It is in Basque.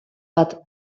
bat